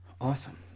Awesome